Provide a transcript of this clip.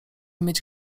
mieć